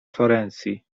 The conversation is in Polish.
florencji